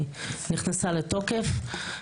נכנסה לתוקף.